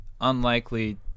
unlikely